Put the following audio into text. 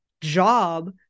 job